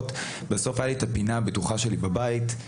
בסוף היה לי את הפינה הבטוחה שלי בבית,